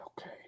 Okay